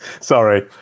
Sorry